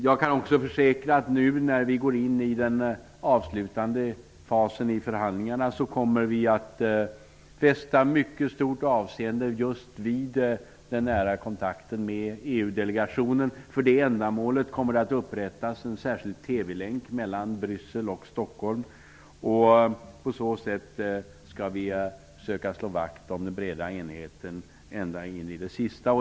Jag kan försäkra att när vi nu går in i den avslutande fasen i förhandlingarna kommer vi att fästa mycket stort avseende just vid den nära kontakten med EU-delegationen. För det ändamålet kommer att upprättas en särskild TV-länk mellan Bryssel och Stockholm. På så sätt skall vi söka slå vakt om den breda enigheten ända in i det sista.